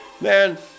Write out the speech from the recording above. Man